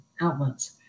outlets